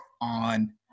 on